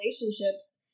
relationships